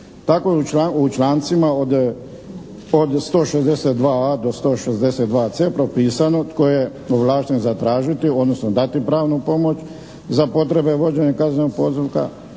Tako je u člancima od 162.a do 162.c propisano tko je ovlašten zatražiti odnosno dati pravnu pomoć za potrebe vođenja kaznenog postupka